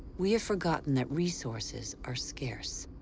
we have forgotten that resources are scarce.